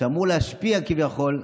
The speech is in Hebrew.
שאמור להשפיע כביכול,